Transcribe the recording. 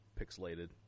pixelated